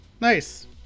Nice